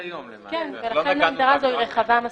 לכן ההגדרה הזאת רחבה מספיק.